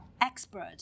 expert